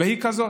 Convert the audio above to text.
והיא כזאת.